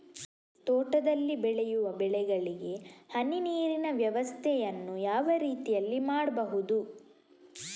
ತೋಟದಲ್ಲಿ ಬೆಳೆಯುವ ಬೆಳೆಗಳಿಗೆ ಹನಿ ನೀರಿನ ವ್ಯವಸ್ಥೆಯನ್ನು ಯಾವ ರೀತಿಯಲ್ಲಿ ಮಾಡ್ಬಹುದು?